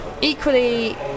equally